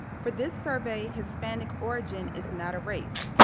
for this survey hispanic origin is not a race.